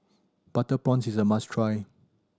butter prawns is a must try